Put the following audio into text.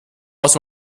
aus